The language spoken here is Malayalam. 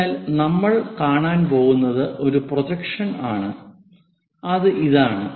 അതിനാൽ നമ്മൾ കാണാൻ പോകുന്നത് ഒരു പ്രൊജക്ഷൻ ആണ് അത് ഇതാണ്